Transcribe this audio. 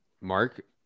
Mark